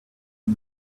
but